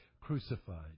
crucified